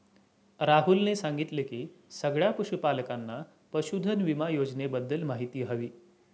राहुलने सांगितले की सगळ्या पशूपालकांना पशुधन विमा योजनेबद्दल माहिती हवी